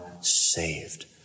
saved